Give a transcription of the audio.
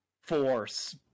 force